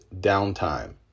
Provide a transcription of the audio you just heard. downtime